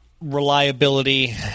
reliability